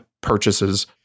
purchases